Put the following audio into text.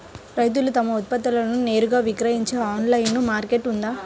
రైతులు తమ ఉత్పత్తులను నేరుగా విక్రయించే ఆన్లైను మార్కెట్ ఉందా?